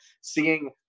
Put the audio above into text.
seeing